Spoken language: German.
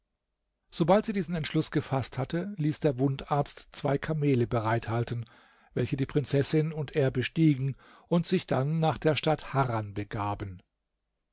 sobald sie diesen entschluß gefaßt hatte ließ der wundarzt zwei kamele bereit halten welche die prinzessin und er bestiegen und sich dann nach der stadt harran begaben